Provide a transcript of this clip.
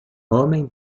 homem